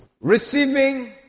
receiving